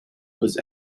was